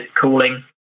cooling